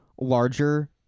larger